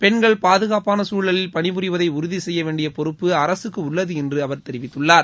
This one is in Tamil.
பெண்கள் பாதுகாப்பான சூழலில் பணிபுரிவதை உறுதி செய்ய வேண்டிய பொறுப்பு அரசுக்கு உள்ளது என்று அவர் தெரிவித்கள்ளார்